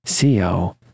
co